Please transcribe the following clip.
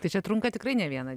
tai čia trunka tikrai ne vieną